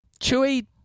Chewie